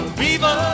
viva